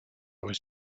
was